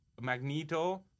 Magneto